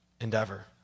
endeavor